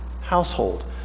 household